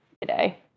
today